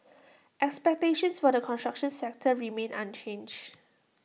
expectations for the construction sector remain unchanged